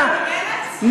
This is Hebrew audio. מרצ מה זו ציונות.